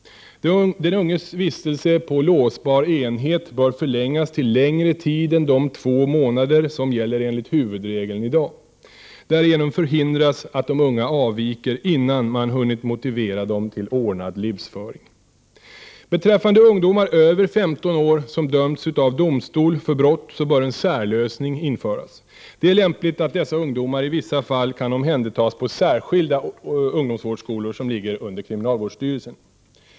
Den unges vistelse på låsbar enhet bör förlängas till längre tid än de två månader som gäller enligt huvudregeln i dag. Därigenom förhindras att de unga avviker, innan man hunnit motivera dem till ordnad livsföring. Beträffande ungdomar över 15 år som dömts av domstol för brott bör en särlösning införas. Det är lämpligt att dessa ungdomar i vissa fall kan omhändertas på särskilda ungdomsvårdsskolor som ligger under kriminalvårdsstyrelsen.